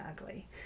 ugly